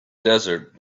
desert